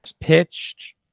pitched